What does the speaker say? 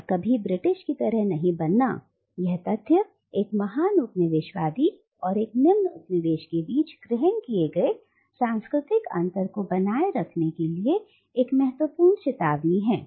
और कभी ब्रिटिश की तरह नहीं बनना यह तथ्य एक महान उपनिवेशवादी और एक निम्न उपनिवेश के बीच ग्रहण किए गए सांस्कृतिक अंतर को बनाए रखने के लिए एक महत्वपूर्ण चेतावनी है